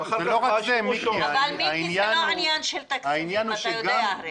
אבל, מיקי, זה לא עניין של תקציבים, אתה יודע הרי.